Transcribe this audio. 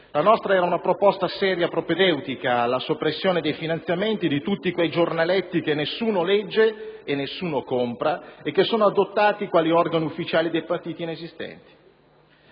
La nostra era una proposta seria e propedeutica alla soppressione dei finanziamenti di tutti quei giornaletti che nessuno legge, nessuno compra e che sono adottati quali organi ufficiali di partiti inesistenti.